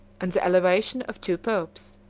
and the elevation of two popes,